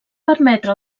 permetre